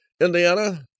Indiana